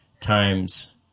times